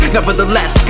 Nevertheless